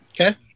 Okay